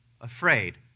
afraid